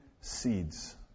seeds